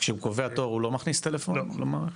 כשהוא קובע תור, הוא לא מכניס טלפון למערכת?